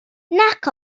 nac